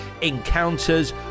Encounters